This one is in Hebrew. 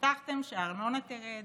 הבטחתם שהארנונה תרד,